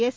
S